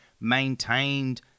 maintained